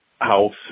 house